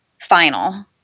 final